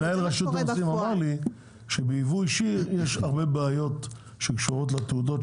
מנהל רשות המסים אמר לי שבייבוא אישי יש הרבה בעיות שקשורות לתעודות,